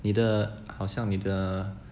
你的好像你的